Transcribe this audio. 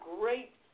great